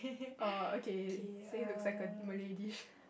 err okay same looks like a Malay dish